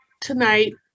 tonight